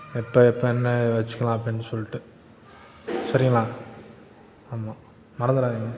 இப்போ இப்போ என்ன வச்சிக்கலாம் அப்படின்னு சொல்லிட்டு சரிங்களா ஆமாம் மறந்துறாதீங்க